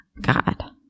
God